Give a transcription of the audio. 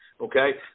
Okay